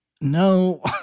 no